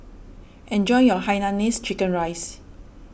enjoy your Hainanese Chicken Rice